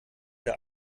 der